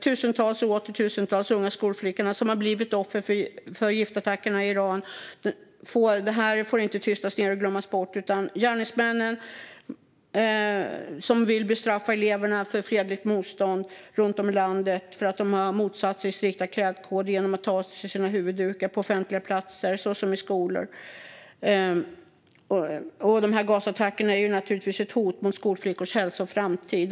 Tusentals och åter tusentals unga skolflickor har blivit offer för giftattacker i Iran, och det får inte tystas ned och glömmas bort. Gärningsmännen vill bestraffa eleverna för fredligt motstånd: Runt om i landet har dessa motsatt sig strikta klädkoder genom att ta av sig sina huvuddukar på offentliga platser, såsom i skolor. Gasattackerna är ett hot mot skolflickornas hälsa och framtid.